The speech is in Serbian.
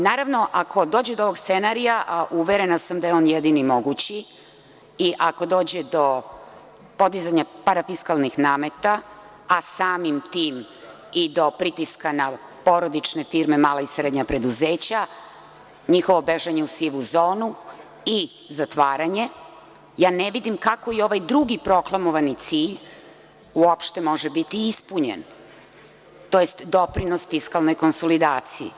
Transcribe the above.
Naravno, ako dođe do ovog scenarija, a uverena sam da je on jedini mogući i ako dođe do podizanja parafiskalnih nameta, a samim tim i do pritiska na porodične firme, mala i srednja preduzeća, njihovo bežanje u sivu zonu i zatvaranje, ja ne vidim kako ovaj drugi proklamovani cilj uopšte može biti ispunjen, tj. doprinos fiskalne konsolidacije.